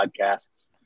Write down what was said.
Podcasts